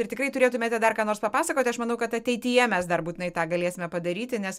ir tikrai turėtumėte dar ką nors papasakoti aš manau kad ateityje mes dar būtinai tą galėsime padaryti nes